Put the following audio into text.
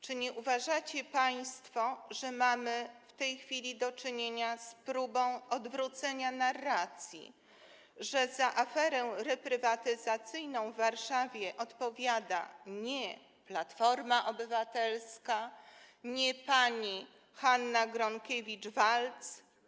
Czy nie uważacie państwo, że mamy w tej chwili do czynienia z próbą odwrócenia narracji, że za aferę reprywatyzacyjną w Warszawie odpowiada nie Platforma Obywatelska, nie pani Hanna Gronkiewicz-Waltz?